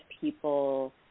people